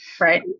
Right